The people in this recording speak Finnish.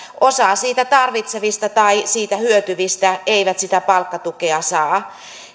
osa sitä tarvitsevista tai siitä hyötyvistä ei sitä palkkatukea saa